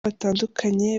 batandukanye